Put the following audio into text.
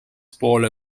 poole